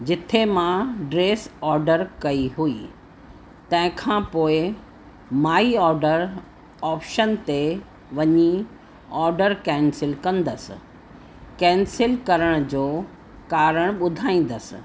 जिथे मां dress order कई हुई तंहिंखां पोइ माइ ऑर्डर ऑप्शन ते वञी ऑर्डर कैंसिल कंदसि कैंसिल करण जो कारणि ॿुधाईंदसि